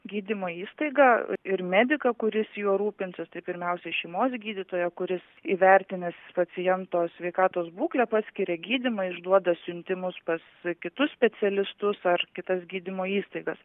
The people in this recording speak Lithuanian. gydymo įstaigą ir mediką kuris juo rūpinsis tai pirmiausiai šeimos gydytoją kuris įvertinęs paciento sveikatos būklę paskiria gydymą išduoda siuntimus pas kitus specialistus ar kitas gydymo įstaigas